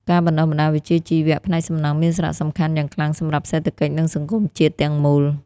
ការបណ្តុះបណ្តាលវិជ្ជាជីវៈផ្នែកសំណង់មានសារៈសំខាន់យ៉ាងខ្លាំងសម្រាប់សេដ្ឋកិច្ចនិងសង្គមជាតិទាំងមូល។